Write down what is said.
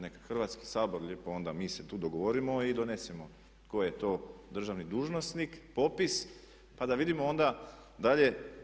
Nek Hrvatski sabor lijepo onda mi se tu dogovorimo i donesemo tko je to državni dužnosnik popis pa da vidimo onda dalje.